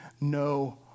no